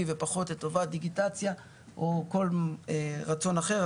ופחות לטובת דיגיטציה או כל רצון אחר,